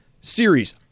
series